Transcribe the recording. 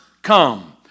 Come